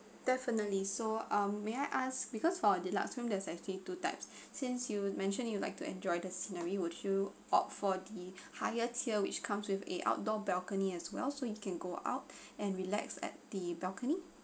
definitely so um may I ask because for deluxe room there's actually two types since you mentioned you would like to enjoy the scenery would you opt for the higher tier which comes with a outdoor balcony as well so you can go out and relax at the balcony